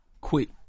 quit